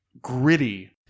gritty